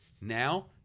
Now